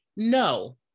no